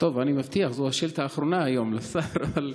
מבטיח שזו השאילתה האחרונה היום לשר.